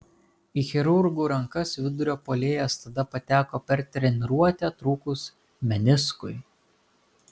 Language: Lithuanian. į chirurgų rankas vidurio puolėjas tada pateko per treniruotę trūkus meniskui